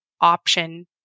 option